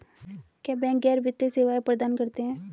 क्या बैंक गैर वित्तीय सेवाएं प्रदान करते हैं?